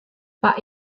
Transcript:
pak